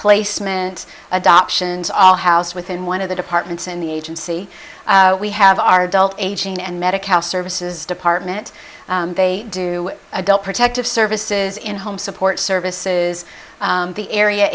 placement adoptions all house within one of the departments in the agency we have our adult aging and medical services department they do adult protective services in home support services the area